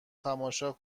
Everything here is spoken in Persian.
تماشا